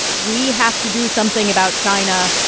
we have to do something about china.